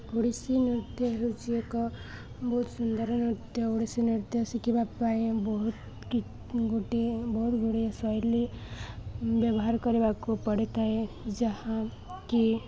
ଓଡ଼ିଶୀ ନୃତ୍ୟ ହେଉଛି ଏକ ବହୁତ ସୁନ୍ଦର ନୃତ୍ୟ ଓଡ଼ିଶୀ ନୃତ୍ୟ ଶିଖିବା ପାଇଁ ବହୁତ କି ଗୋଟିଏ ବହୁତ ଗୁଡ଼ିଏ ଶୈଳୀ ବ୍ୟବହାର କରିବାକୁ ପଡ଼ିଥାଏ ଯାହାକିି